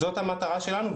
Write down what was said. זאת המטרה שלנו.